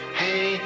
hey